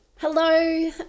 hello